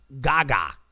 Gaga